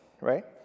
right